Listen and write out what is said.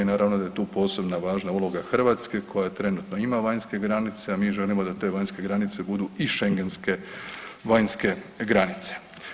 Naravno da je tu posebna važna uloga Hrvatska koja trenutno ima vanjske granice, a mi želimo da te vanjske granice budu i Schengenske vanjske granice.